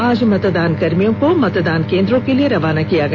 आज मतदानकर्मियों को मतदान केंद्रों के लिए रवाना किया गया